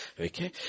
Okay